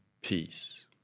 peace